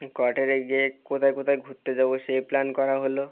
কোয়াটারে গিয়ে কোথায় কোথায় ঘুরতে যাবো সেই প্ল্যান করা হলো